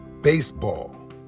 baseball